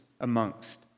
amongst